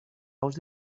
ous